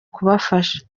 kubafasha